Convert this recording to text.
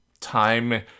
time